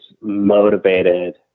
motivated